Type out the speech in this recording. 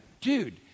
Dude